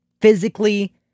physically